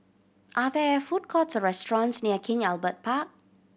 are there food courts or restaurants near King Albert Park